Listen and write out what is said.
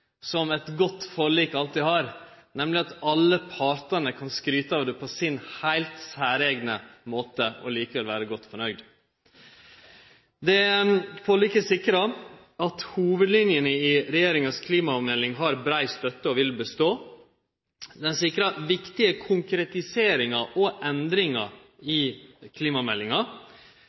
som eit godt forlik alltid har, nemleg at alle partar kan skryte av det på sin heilt særeigne måte og likevel vere godt nøgde. Dette forliket sikrar at hovudlinene i regjeringa si klimamelding har brei støtte og vil bestå. Det sikrar viktige konkretiseringar og endringar i klimameldinga,